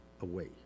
away